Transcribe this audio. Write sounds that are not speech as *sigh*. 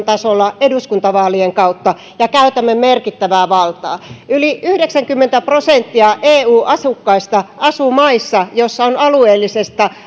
*unintelligible* tasolla eduskuntavaalien kautta ja käytämme merkittävää valtaa yli yhdeksänkymmentä prosenttia eu asukkaista asuu maissa joissa on